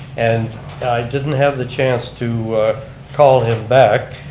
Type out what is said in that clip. and i didn't have the chance to call him back,